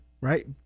Right